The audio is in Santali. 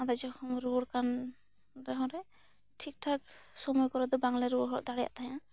ᱟᱫᱚ ᱡᱚᱦᱚᱱ ᱨᱩᱣᱟᱹᱲ ᱠᱟᱱ ᱨᱮᱦᱚᱸᱞᱮ ᱴᱷᱤᱠ ᱴᱷᱟᱠ ᱥᱚᱢᱚᱭ ᱠᱚᱨᱮ ᱫᱚ ᱵᱟᱝ ᱞᱮ ᱨᱩᱣᱟᱹᱲ ᱦᱚᱫ ᱫᱟᱲᱮᱭᱟᱜ ᱛᱟᱦᱮᱜᱼᱟ